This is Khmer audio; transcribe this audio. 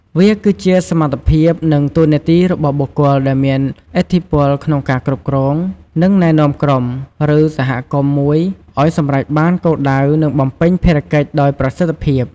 វាគឺជាសមត្ថភាព និងតួនាទីរបស់បុគ្គលដែលមានឥទ្ធិពលក្នុងការគ្រប់គ្រង និងណែនាំក្រុម ឬសហគមន៍មួយឲ្យសម្រេចបានគោលដៅ និងបំពេញភារកិច្ចដោយប្រសិទ្ធភាព។